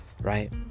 right